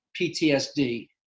PTSD